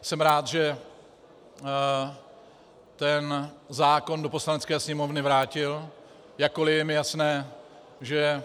Jsem rád, že zákon do Poslanecké sněmovny vrátil, jakkoli je mi jasné, že...